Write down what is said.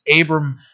Abram